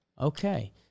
Okay